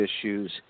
issues